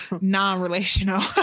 non-relational